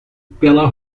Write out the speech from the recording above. pela